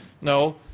No